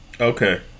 Okay